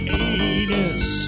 anus